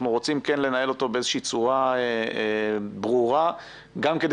אנחנו רוצים כן לנהל אותו באיזושהי צורה ברורה גם כדי